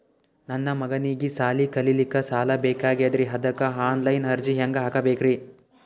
ನನ್ನ ಮಗನಿಗಿ ಸಾಲಿ ಕಲಿಲಕ್ಕ ಸಾಲ ಬೇಕಾಗ್ಯದ್ರಿ ಅದಕ್ಕ ಆನ್ ಲೈನ್ ಅರ್ಜಿ ಹೆಂಗ ಹಾಕಬೇಕ್ರಿ?